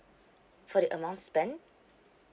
for the amount spent